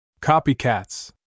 Copycats